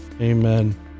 Amen